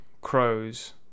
crows